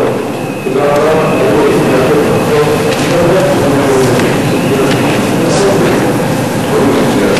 אימוץ ילדים (תיקון מס' 8), התשע"א 2010, נתקבל.